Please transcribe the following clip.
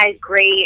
great